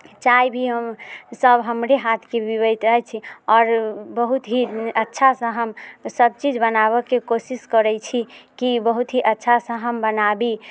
चाय भी हम सब हमरे हाथके पीबैत अछि आओर बहुत ही अच्छासँ हम सब चीज बनाबऽके कोशिश करै छी की बहुत ही अच्छासँ हम बनाबी